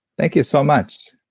thank you so much.